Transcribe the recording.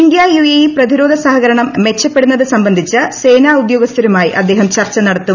India UAE പ്രതിരോധ സഹകരണം മെച്ചപ്പെടുത്തുന്നത് സംബന്ധിച്ച് സേന ഉദ്യോഗസ്ഥരുമായി അദ്ദേഹം ചർച്ച നടത്തും